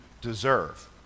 deserve